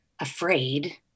afraid